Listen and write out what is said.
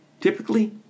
Typically